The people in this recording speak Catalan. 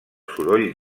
soroll